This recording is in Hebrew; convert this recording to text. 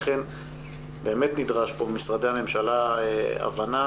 לכן באמת נדרשת כאן ממשרדי הממשלה הבנה